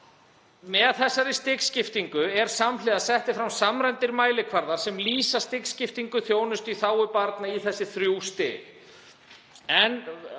Með þessari stigskiptingu eru samhliða settir fram samræmdir mælikvarðar sem lýsa stigskiptingu þjónustu í þágu barna í þessi þrjú stig en